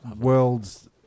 world's